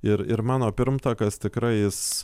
ir ir mano pirmtakas tikrai jis